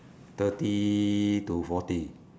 thirty to forty